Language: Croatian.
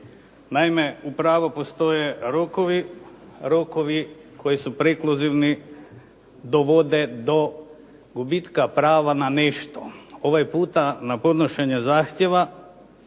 Naime, upravo postoje rokovi. Rokovi koji su prekluzivni dovode do gubitka prava na nešto. Ovaj puta na podnošenje zahtjeva